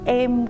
em